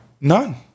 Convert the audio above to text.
None